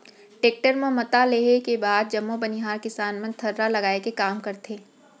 tractor म मता लेहे के बाद जम्मो बनिहार किसान मन थरहा लगाए के काम करथे